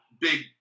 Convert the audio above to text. big